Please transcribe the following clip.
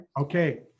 Okay